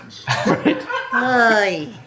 Hi